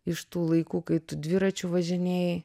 iš tų laikų kai tu dviračiu važinėjai